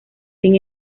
sin